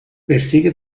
persigue